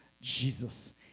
Jesus